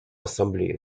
ассамблеи